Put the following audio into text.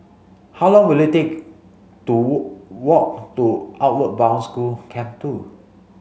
how long will it take to walk to Outward Bound School Camp two